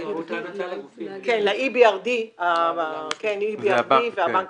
ל-EBRD והבנק